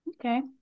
Okay